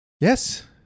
Yes